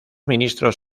ministros